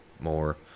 more